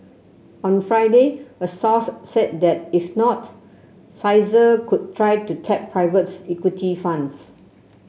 on Friday a source said that if not could try to tap privates equity funds